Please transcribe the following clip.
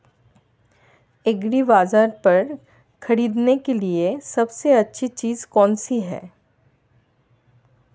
एग्रीबाज़ार पर खरीदने के लिए सबसे अच्छी चीज़ कौनसी है?